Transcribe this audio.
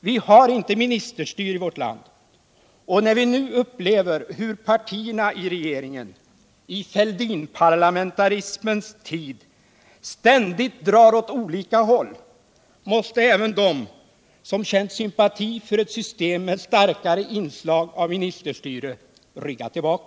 Vi har inte ministerstyrelse i vårt land, och när vi nu upplever hur partierna i regeringen — i Fälldinparlamentarismens tid — ständigt drar åt olika håll måste även de som har känt sympati för ett system med starkare inslag av ministerstyrelse rygga tillbaka.